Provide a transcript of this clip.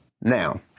Now